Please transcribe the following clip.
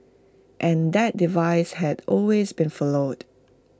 and that device had always been followed